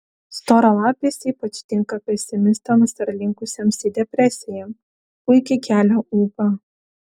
storalapis ypač tinka pesimistams ar linkusiems į depresiją puikiai kelia ūpą